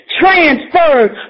transferred